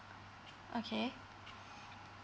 okay